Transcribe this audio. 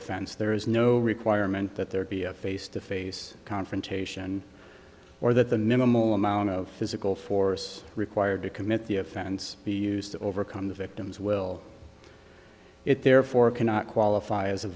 offense there is no requirement that there be a face to face confrontation or that the minimal amount of physical force required to commit the offense be used to overcome the victim's will it therefore cannot qualify as a